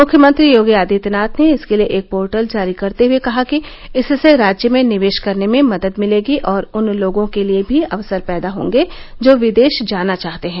मुख्यमंत्री योगी आदित्यनाथ ने इसके लिए एक पोर्टल जारी करते हुए कहा कि इससे राज्य में निवेश करने में मदद मिलेगी और उन लोगों के लिए भी अवसर पैदा होंगे जो विदेश जाना चाहते हैं